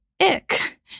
ick